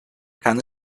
kann